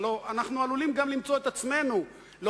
הלוא אנחנו עלולים גם למצוא את עצמנו בעתיד,